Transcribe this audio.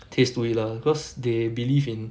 taste to it lah because they believe in